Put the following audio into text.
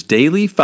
Daily